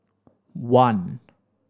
one